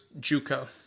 Juco